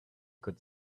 could